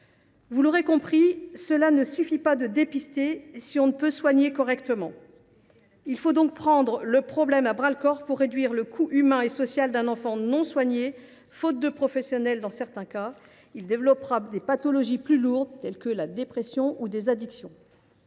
Vous l’aurez compris : il ne suffit pas de dépister si l’on ne peut soigner correctement. Il faut donc prendre le problème à bras le corps pour réduire le coût humain et social d’un enfant non soigné. Faute de professionnels, dans certains cas, ce dernier développera des pathologies plus lourdes, telles que la dépression ou des addictions.